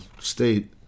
state